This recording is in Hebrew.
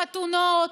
חתונות,